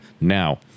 Now